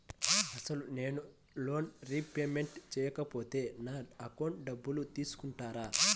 అసలు నేనూ loan repayment చేయకపోతే నా అకౌంట్లో డబ్బులు తీసుకుంటారా?